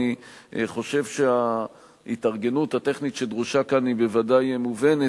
אני חושב שההתארגנות הטכנית שדרושה כאן היא בוודאי מובנת,